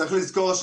צריך לזכור,